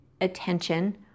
attention